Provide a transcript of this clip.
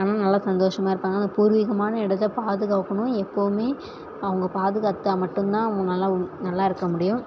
ஆனால் நல்லா சந்தோஷமாக இருப்பாங்க அந்த பூர்வீகமான இடத்த பாதுகாக்கணும் எப்போதுமே அவங்க பாதுகாத்தால் மட்டும்தான் அவங்க நல்லா நல்லா இருக்க முடியும்